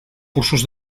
cursos